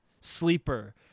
Sleeper